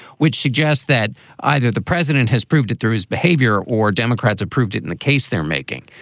which suggests that either the president has proved it through his behavior or democrats approved it in the case they're making.